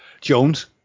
Jones